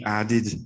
added